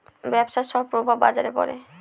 ব্যবসার সব প্রভাব বাজারে পড়ে